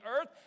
earth